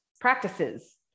practices